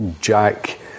Jack